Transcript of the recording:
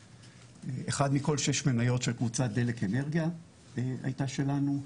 אחת מתוך כל 6 מניות של קבוצת דלק-אנרגיה היתה שלנו.